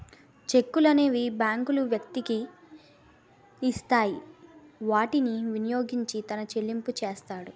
చెక్కులనేవి బ్యాంకులు వ్యక్తికి ఇస్తాయి వాటిని వినియోగించి తన చెల్లింపులు చేస్తాడు